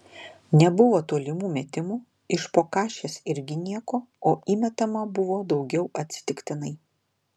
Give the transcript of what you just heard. nebuvo tolimų metimų iš po kašės irgi nieko o įmetama buvo daugiau atsitiktinai